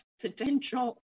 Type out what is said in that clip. potential